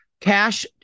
cash